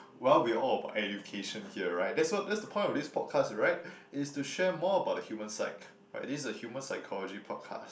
well we're all about education here right that's what that's the point of this podcast right it's to share more about the human psych right this is the human psychology podcast